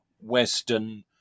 Western